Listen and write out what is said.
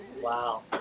Wow